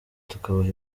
tukabaha